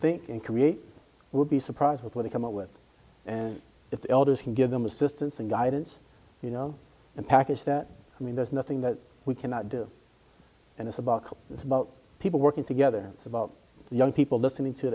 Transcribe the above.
think and create would be surprised with what they come up with and if the elders can give them assistance and guidance you know and package that i mean there's nothing that we cannot do and it's about it's about people working together and it's about young people listening to